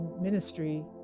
ministry